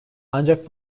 ancak